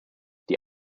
die